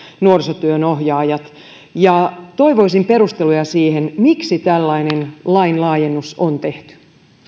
nuorisotyönohjaajat toivoisin perusteluja siihen miksi tällainen lain laajennus on tehty